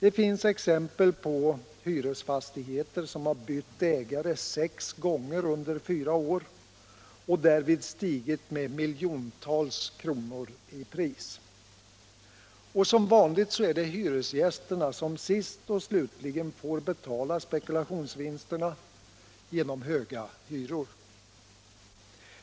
Det finns exempel på hyresfastigheter som har bytt ägare sex gånger under fyra år och därvid stigit i pris med miljontals kronor. Som vanligt är det hyresgästerna som sist och slutligen får betala spekulationsvinsterna genom höga hyror.